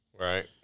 right